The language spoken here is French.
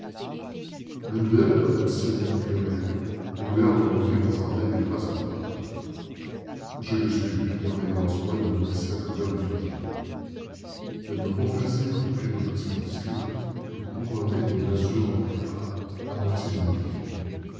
l'une d'elles aboutissait à une clairière où l'herbe mouillée présentait des traces de pas je les suivis en ayant soin de me glisser à travers les taillis elles me conduisirent au pied d'un petit monticule que couronnait une masure en plâtras à moitié démolie